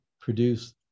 produce